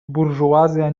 burżuazja